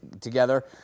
together